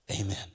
Amen